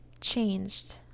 changed